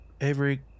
Avery